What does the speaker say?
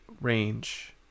range